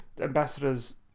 Ambassadors